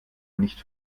nicht